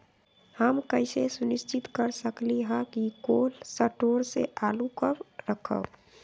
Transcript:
हम कैसे सुनिश्चित कर सकली ह कि कोल शटोर से आलू कब रखब?